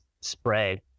spread